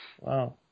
wow